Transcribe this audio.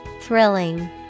Thrilling